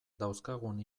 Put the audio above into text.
dauzkagun